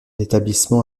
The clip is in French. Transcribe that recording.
établissement